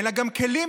אין לה גם כלים,